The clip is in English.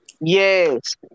Yes